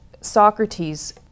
Socrates